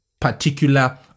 particular